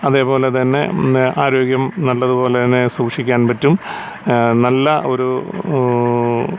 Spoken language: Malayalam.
അതേപോലെതന്നെ ആരോഗ്യം നല്ലതുപോലെ തന്നെ സൂക്ഷിക്കാൻ പറ്റും നല്ല ഒരു